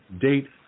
date